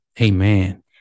Amen